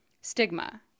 stigma